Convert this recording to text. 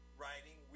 writing